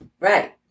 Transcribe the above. Right